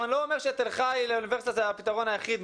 אני לא אומר שלהפוך את תל חי לאוניברסיטה זה הפתרון היחיד,